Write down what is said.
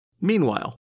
Meanwhile